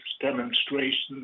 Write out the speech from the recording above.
demonstrations